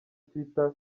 twitter